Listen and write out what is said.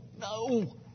no